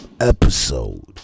episode